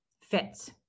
fits